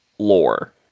Lore